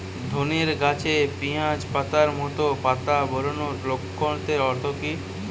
ধানের গাছে পিয়াজ পাতার মতো পাতা বেরোনোর লক্ষণের অর্থ কী?